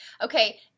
Okay